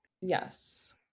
Yes